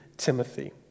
Timothy